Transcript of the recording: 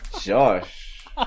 Josh